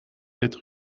être